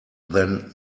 than